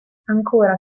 ancora